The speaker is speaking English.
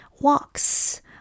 walks